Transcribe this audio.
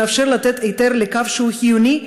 שמאפשר לתת היתר לקו שהוא חיוני,